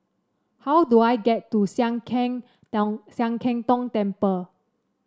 how do I get to Sian Keng Tong Sian Keng Tong Temple